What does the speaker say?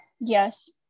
yes